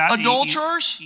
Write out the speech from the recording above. adulterers